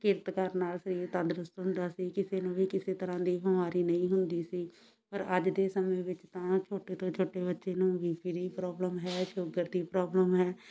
ਕਿਰਤ ਕਰਨ ਨਾਲ ਸਰੀਰ ਤੰਦਰੁਸਤ ਹੁੰਦਾ ਸੀ ਕਿਸੇ ਨੂੰ ਵੀ ਕਿਸੇ ਤਰ੍ਹਾਂ ਦੀ ਬਿਮਾਰੀ ਨਹੀਂ ਹੁੰਦੀ ਸੀ ਪਰ ਅੱਜ ਦੇ ਸਮੇਂ ਵਿੱਚ ਤਾਂ ਛੋਟੇ ਤੋਂ ਛੋਟੇ ਬੱਚੇ ਨੂੰ ਬੀ ਪੀ ਦੀ ਪ੍ਰੋਬਲਮ ਹੈ ਸ਼ੂਗਰ ਦੀ ਪ੍ਰੋਬਲਮ ਹੈ